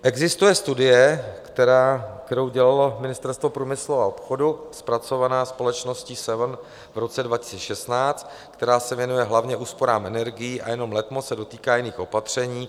Existuje studie, kterou dělalo Ministerstvo průmyslu a obchodu, zpracovaná společností Seven v roce 2016, která se věnuje hlavně úsporám energií a jenom letmo se dotýká jiných opatření.